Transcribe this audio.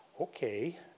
Okay